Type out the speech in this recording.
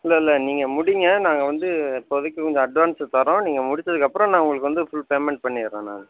இல்லைல்ல நீங்கள் முடிங்க நாங்கள் வந்து இப்போதைக்கு கொஞ்சம் அட்வான்ஸ்ஸு தரோம் நீங்கள் முடிச்சதுக்கப்புறம் நான் உங்களுக்கு வந்து ஃபுல் பேமெண்ட் பண்ணிடுறேன் நான்